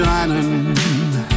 Shining